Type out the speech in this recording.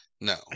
no